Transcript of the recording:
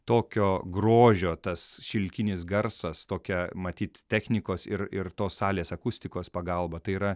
tokio grožio tas šilkinis garsas tokia matyt technikos ir ir tos salės akustikos pagalba tai yra